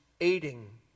aiding